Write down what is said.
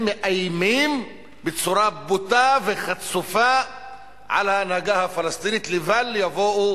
הם מאיימים בצורה בוטה וחצופה על ההנהגה הפלסטינית לבל יבואו